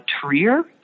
Trier